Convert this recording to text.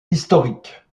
historiques